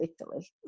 Italy